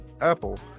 Apple